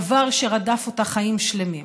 דבר שרדף אותה חיים שלמים,